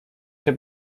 się